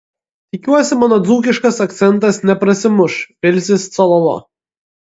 tikiuosi mano dzūkiškas akcentas neprasimuš vilsis cololo